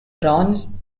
bronze